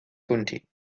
county